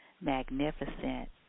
magnificent